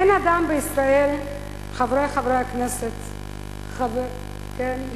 אין אדם בישראל, חברי חברי הכנסת, יושבי-ראש,